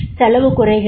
செலவு குறைகிறது